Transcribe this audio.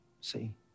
see